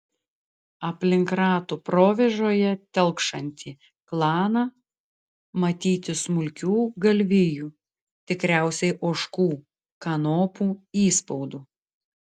aplink ratų provėžoje telkšantį klaną matyti smulkių galvijų tikriausiai ožkų kanopų įspaudų